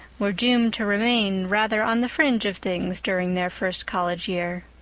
were doomed to remain rather on the fringe of things during their first college year.